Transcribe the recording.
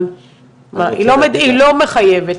אבל היא לא מחייבת,